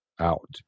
out